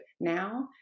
now